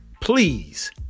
please